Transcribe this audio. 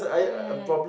mm